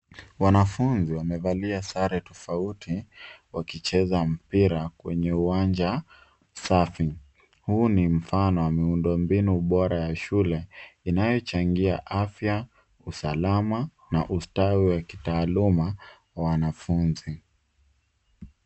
Wanafunzi wamevalia sare tofauti wakicheza mpira kwenye uwanja safi. Huu ni mfano wa miundo mbinu bora ya shule inaochangia afya, usalama na ustawi wa kitaaluma kwa wanafunzi.